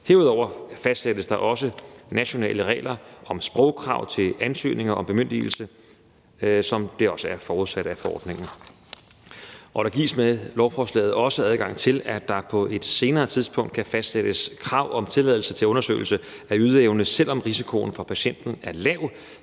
Herudover fastsættes der også nationale regler om sprogkrav til ansøgninger om bemyndigelse, hvilket også er forudsat af forordningen. Og der gives med lovforslaget også adgang til, at der på et senere tidspunkt kan fastsættes krav om tilladelse til undersøgelse af ydeevne, selv om risikoen for patienten er lav,